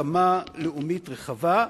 בהסכמה לאומית רחבה,